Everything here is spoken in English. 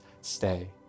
Stay